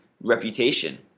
reputation